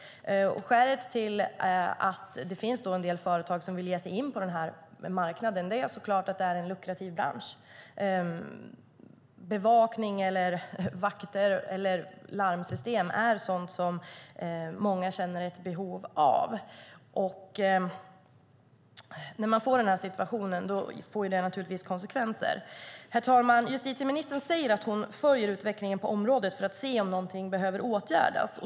Skälet till att en del företag vill ge sig in på den här marknaden är såklart att det är en lukrativ bransch. Bevakning, vakter och larmsystem är sådant som många känner ett behov av. Den situation vi har får givetvis konsekvenser. Herr talman! Justitieministern säger att hon följer utvecklingen på området för att se om något behöver åtgärdas.